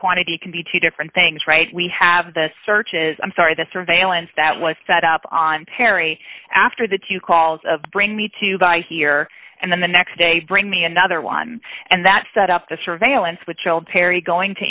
quantity can be two different things right we have the searches i'm sorry the surveillance that was set up on perry after the two calls of bring me to buy here and then the next day bring me another one and that set up a surveillance which